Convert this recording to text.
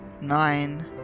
Nine